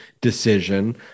decision